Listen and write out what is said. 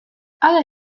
ale